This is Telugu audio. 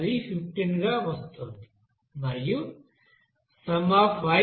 ఇది 15 గా వస్తోంది మరియు y 24